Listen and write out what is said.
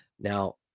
Now